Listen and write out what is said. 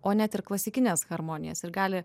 o net ir klasikinės harmonijos ir gali